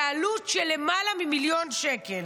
בעלות של למעלה ממיליון שקל.